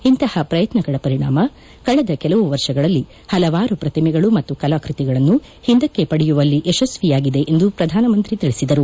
ಇಂತಹ ಪ್ರಯತ್ನಗಳ ಪರಿಣಾಮ ಕಳೆದ ಕೆಲವು ವರ್ಷಗಳಲ್ಲಿ ಹಲವಾರು ಪ್ರತಿಮೆಗಳು ಮತ್ತು ಕಲಾಕೃತಿಗಳನ್ನು ಹಿಂದಕ್ಕೆ ಪಡೆಯುವಲ್ಲಿ ಯಶಸ್ವಿಯಾಗಿದೆ ಎಂದು ಪ್ರಧಾನಮಂತ್ರಿ ತಿಳಿಸಿದರು